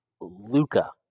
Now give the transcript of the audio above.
Luca